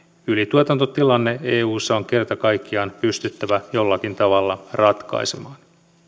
ylituotantotilanne eussa on kerta kaikkiaan pystyttävä jollakin tavalla ratkaisemaan